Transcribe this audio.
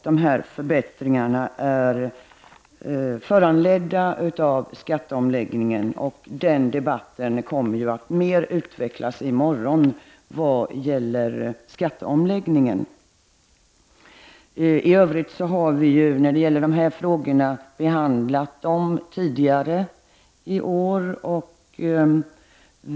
De här förbättringarna är föranledda av skatteomläggningen, som ju närmare kommer att behandlas i morgondagens debatt. Dessa frågor har behandlats också tidigare i år.